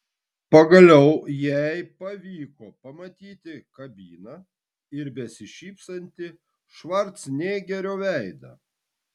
pagaliau jai pavyko pamatyti kabiną ir besišypsantį švarcnegerio veidą